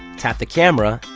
tap the camera,